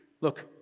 look